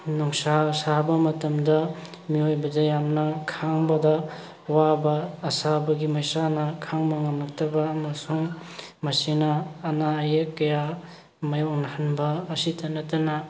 ꯅꯨꯡꯁꯥ ꯁꯥꯕ ꯃꯇꯝꯗ ꯃꯤꯑꯣꯏꯕꯗ ꯌꯥꯝꯅ ꯈꯥꯡꯕꯗ ꯋꯥꯕ ꯑꯁꯥꯕꯒꯤ ꯃꯩꯁꯥꯅ ꯈꯥꯡꯕ ꯉꯝꯃꯛꯇꯕ ꯑꯃꯁꯨꯡ ꯃꯁꯤꯅ ꯑꯅꯥ ꯑꯌꯦꯛ ꯀꯌꯥ ꯃꯥꯌꯣꯛꯅꯍꯟꯕ ꯑꯁꯤꯇ ꯅꯠꯇꯅ